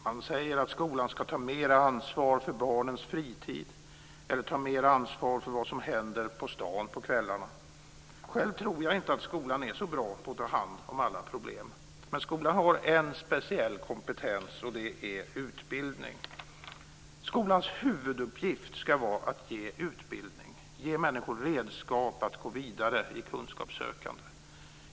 Man säger att skolan ska ta mer ansvar för barnens fritid eller ta mer ansvar för vad som händer på stan på kvällarna. Själv tror jag inte att skolan är så bra på att ta hand om alla problem. Men skolan har en speciell kompetens, och det är utbildning. Skolans huvuduppgift ska vara att ge utbildning, ge människor redskap att gå vidare i kunskapssökande.